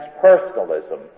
personalism